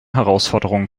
herausforderungen